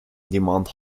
demand